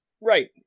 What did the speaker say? Right